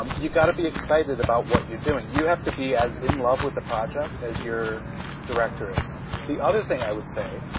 um you got to be excited about what you're doing. you have to be as in love with the project as your director is the other thing i would say,